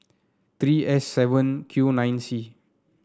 three S seven Q nine C